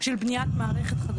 יש בניית מערכת חדשה.